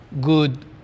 good